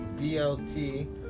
BLT